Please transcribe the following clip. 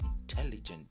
intelligent